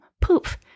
Poof